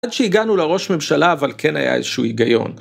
עד שהגענו לראש ממשלה אבל כן היה איזשהו היגיון.